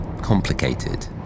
complicated